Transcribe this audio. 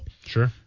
sure